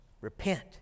Repent